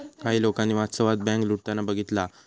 काही लोकांनी वास्तवात बँक लुटताना बघितला हा